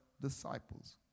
disciples